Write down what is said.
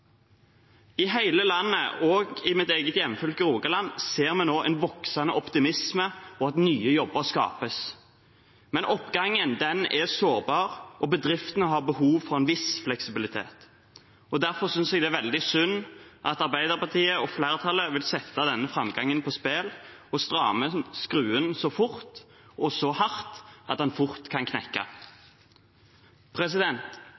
I hele landet, også i mitt eget hjemfylke, Rogaland, ser vi nå en voksende optimisme og at nye jobber skapes. Men oppgangen er sårbar, og bedriftene har behov for en viss fleksibilitet. Derfor synes jeg det er veldig synd at Arbeiderpartiet og flertallet vil sette denne framgangen på spill og stramme skruen så fort og så hardt at den fort kan knekke.